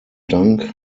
dank